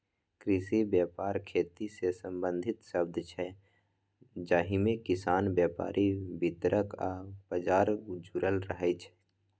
कृषि बेपार खेतीसँ संबंधित शब्द छै जाहिमे किसान, बेपारी, बितरक आ बजार जुरल रहय छै